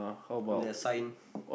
the sign